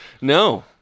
No